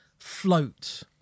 Float